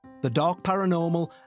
thedarkparanormal